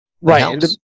Right